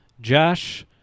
Josh